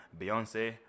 Beyonce